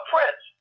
Prince